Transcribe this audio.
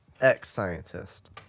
Ex-scientist